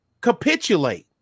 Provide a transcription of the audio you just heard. capitulate